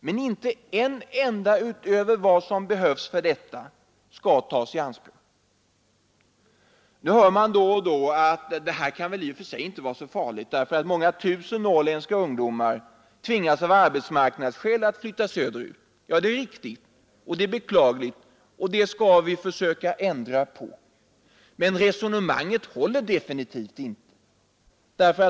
Men inte en enda utöver vad som behövs skall tas i anspråk för detta. Nu hör man då och då att det här kan väl i och för sig inte vara så farligt, eftersom många tusen norrländska ungdomar av arbetsmarknadsskäl tvingas flytta söderut. Det är beklagligt, och det skall vi försöka ändra på. Men resonemanget håller definitivt inte.